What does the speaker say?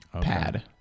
pad